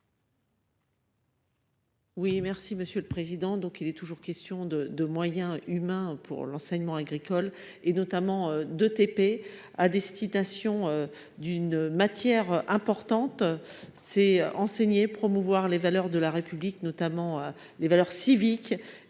Oui, merci Monsieur le Président, donc il est toujours question de de moyens humains pour l'enseignement agricole et notamment de TP à destination d'une matière importante, c'est enseigner, promouvoir les valeurs de la République, notamment les valeurs civiques